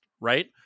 right